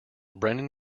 brendan